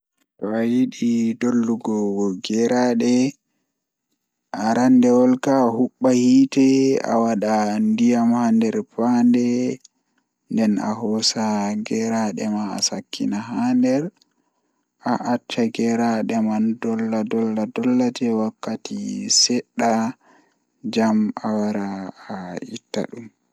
To ayidi dollugo geerade, Arandewol kam ahubba hiite awada ndiyam haa nder fande nden asakkina gerede ma haa nder a acca geraade man dolla dolla dolla jei wakkati sedda jam awara a itta dum.